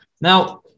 Now